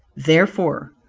therefore,